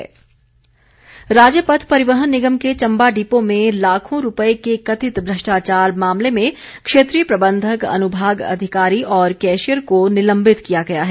निलंबन राज्य पथ परिवहन निगम के चम्बा डिपो में लाखों रूपए के कथित भ्रष्टाचार मामले में क्षेत्रीय प्रबंधक अनुभाग अधिकारी और कैशियर को निलंबित किया गया है